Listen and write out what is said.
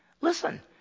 Listen